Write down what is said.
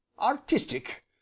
artistic